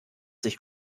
sich